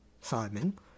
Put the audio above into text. Simon